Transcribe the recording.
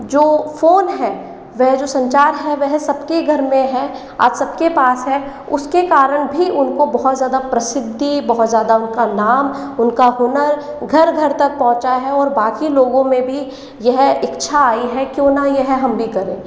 जो फ़ोन है वह जो संचार है वह सबके घर में है आज सबके पास है उसके कारण भी उनको बहुत ज़्यादा प्रसिद्धि बहुत ज़्यादा उनका नाम उनका हुनर घर घर तक पहुंचा है और बाकी लोगों में भी यह इच्छा आई है क्यों ना यह हम भी करें